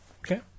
Okay